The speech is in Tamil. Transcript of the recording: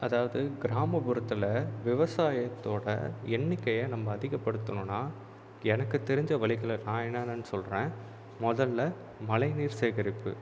அதாவது கிராமபுறத்தில் விவசாயத்தோடய எண்ணிக்கையை நம்ம அதிகபடுத்தணும்ன்னா எனக்கு தெரிஞ்ச வழிகள்லாம் நான் என்னென்னனு சொல்லுறேன் முதலில் மழைநீர் சேகரிப்பு